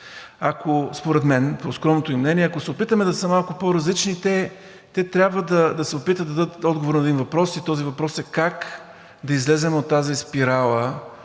Според мен, по скромното ми мнение, ако се опитаме да са малко по-различни, те трябва да се опитат да дадат отговор на един въпрос и този въпрос е как да излезем от тази спирала